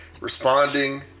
responding